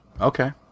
Okay